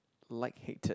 light headed